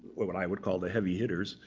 what what i would call, the heavy hitters.